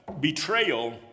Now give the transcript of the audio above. betrayal